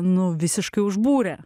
nu visiškai užbūrė